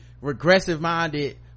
regressive-minded